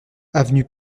avenue